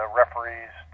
referees